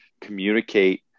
communicate